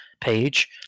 page